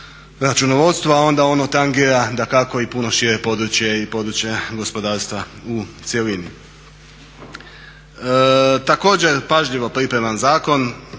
računovodstvo, a onda ono tangira dakako i puno šire područje i područje gospodarstva u cjelini. Također pažljivo pripreman zakon.